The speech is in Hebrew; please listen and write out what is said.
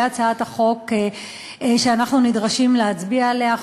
הצעת החוק שאנחנו נדרשים להצביע עליה,